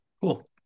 Cool